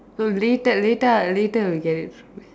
no later later I'll later we'll get it from you